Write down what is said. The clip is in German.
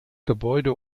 gebäude